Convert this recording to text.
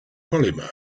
polymer